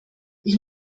ich